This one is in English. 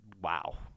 Wow